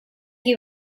you